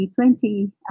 2020